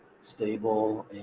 stable